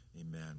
Amen